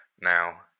now